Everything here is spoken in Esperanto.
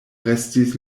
restis